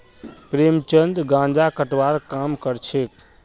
प्रेमचंद गांजा कटवार काम करछेक